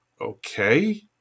okay